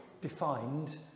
defined